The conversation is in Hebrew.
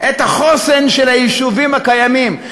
את החוסן של היישובים הקיימים.